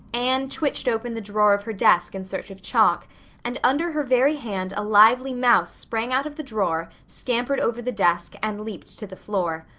anne twitched open the drawer of her desk in search of chalk and under her very hand a lively mouse sprang out of the drawer, scampered over the desk, and leaped to the floor.